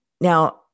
Now